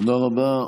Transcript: תודה רבה.